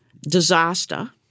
disaster